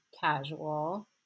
casual